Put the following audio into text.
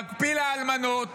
להקפיא לאלמנות,